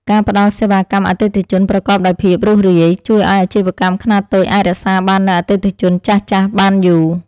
ការផ្តល់សេវាកម្មអតិថិជនប្រកបដោយភាពរូសរាយ ជួយឱ្យអាជីវកម្មខ្នាតតូចអាចរក្សាបាននូវអតិថិជនចាស់ៗបានយូរ។